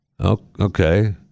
Okay